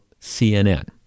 CNN